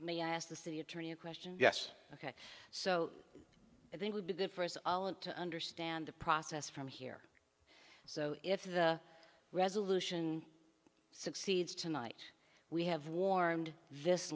may i ask the city attorney a question yes ok so i think would be good for us all and to understand the process from here so if the resolution succeeds tonight we have warmed this